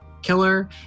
killer